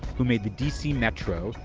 who made the dc metro.